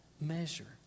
measure